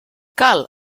cal